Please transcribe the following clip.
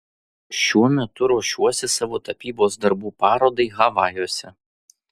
šiuo metu ruošiuosi savo tapybos darbų parodai havajuose